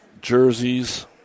jerseys